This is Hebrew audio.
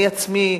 אני עצמי,